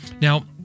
Now